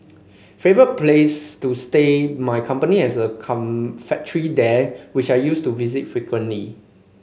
favourite place to stay my company has a factory there which I used to visit frequently